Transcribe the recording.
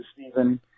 Stephen